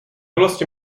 vlastně